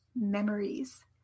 memories